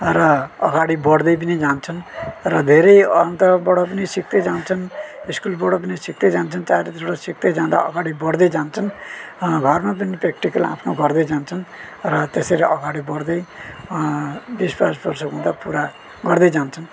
र अगाडि बढ्दै पनि जान्छन् र धेरै अन्तरबाट पनि सिक्दै जान्छन् स्कुलबाट नि सक्दै जान्छन् चारैतिरबाट सिक्दै जाँदा अगाडि बढ्दै जान्छन् घरमा पनि प्रेक्टिल आफ्नो गर्दै जान्छन् र त्यसरी अगाडि बढ्दै बिस बाइस वर्ष हुँदा पुरा गर्दै जान्छन्